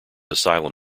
asylum